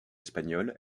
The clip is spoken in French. espagnol